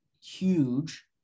huge